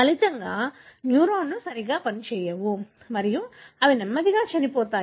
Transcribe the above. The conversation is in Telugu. ఫలితంగా న్యూరాన్లు సరిగా పనిచేయవు మరియు అవి నెమ్మదిగా చనిపోతాయి